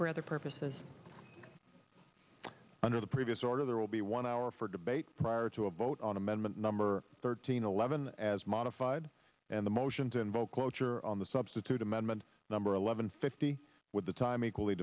other purposes under the previous order there will be one hour for debate prior to a vote on amendment number thirteen eleven as modified and the motion to invoke cloture on the substitute amendment number eleven fifty with the time equally